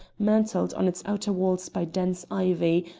mantled on its outer walls by dense ivy,